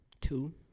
Two